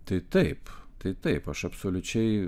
tai taip tai taip aš absoliučiai